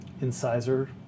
Incisor